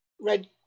red